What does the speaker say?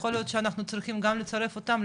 יכול להיות שאנחנו צריכים גם לצרף אותם,